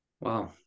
Wow